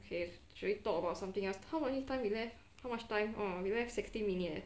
okay should we talk about something else how many time we left how much time orh we left sixteen minute leh